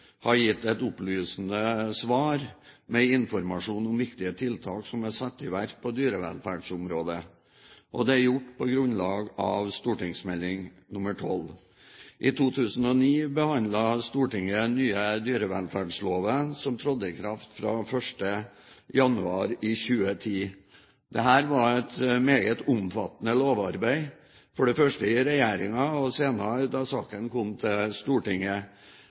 har gitt et opplysende svar med informasjon om viktige tiltak som er satt i verk på dyrevelferdsområdet. Det er gjort på grunnlag av St.meld. nr. 12 for 2002–2003. I 2009 behandlet Stortinget den nye dyrevelferdsloven som trådte i kraft fra 1. januar 2010. Dette var et meget omfattende lovarbeid, for det første i regjeringen, og senere da saken kom til Stortinget